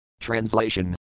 Translation